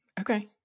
Okay